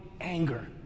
anger